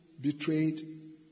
betrayed